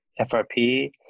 FRP